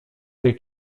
tej